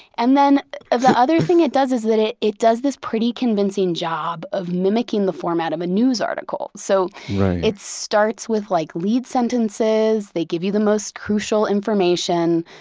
and then the other thing it does is that it it does this pretty convincing job of mimicking the format of a news article. so it starts with like lead sentences, they give you the most crucial information,